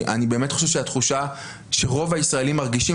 אני באמת חושב שהתחושה שרוב הישראלים מרגישים,